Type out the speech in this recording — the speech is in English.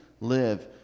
live